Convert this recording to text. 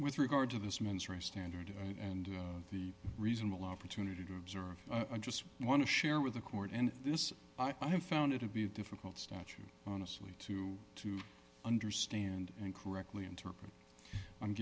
with regard to this mens rea standard and the reasonable opportunity to observe i just want to share with the court and this i have found it to be a difficult statute honestly to to understand and correctly interpret i'm